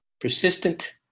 persistent